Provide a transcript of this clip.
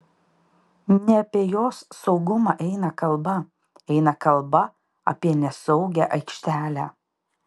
ne apie jos saugumą eina kalba eina kalba apie nesaugią aikštelę